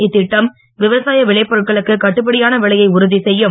இத்திட்டம் விவசாய விளைபொருட்களுக்கு கட்டுப்படியான விலையை உறுதிசெய்யும்